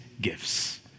gifts